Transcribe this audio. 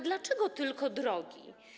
Dlaczego tylko drogi?